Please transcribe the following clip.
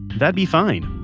that'd be fine.